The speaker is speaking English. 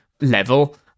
level